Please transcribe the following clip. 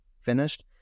finished